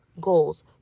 goals